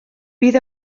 bydd